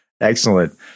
Excellent